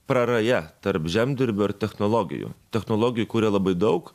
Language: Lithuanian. praraja tarp žemdirbio ir technologijų technologijų kuria labai daug